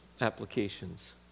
applications